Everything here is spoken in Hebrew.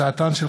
התשע"ט 2018,